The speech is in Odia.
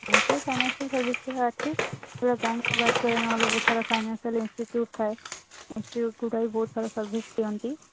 ଏହି ସବୁ ଫାଇନାନ୍ସସିଆଲ୍ ସର୍ଭିସଗୁଡା ଅଛି ବହୁତ୍ ସାରା ଫାଇନାନ୍ସସିଆଲ୍ ଇନଷ୍ଟିଚୁଟ୍ ଥାଏ ଇନଷ୍ଟିଚୁଟ୍ଗୁଡ଼ା ବି ବହୁତ ସାରା ସର୍ଭିସ୍ ଦିଅନ୍ତି